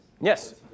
Yes